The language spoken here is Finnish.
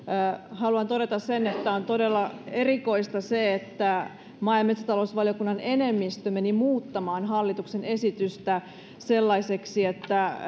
haluan todeta sen että on todella erikoista että maa ja metsätalousvaliokunnan enemmistö meni muuttamaan hallituksen esitystä sellaiseksi että